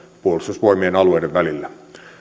puolustusvoimien alueiden välillä